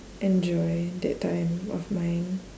enjoy that time of mine